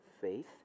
faith